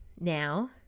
now